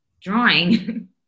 drawing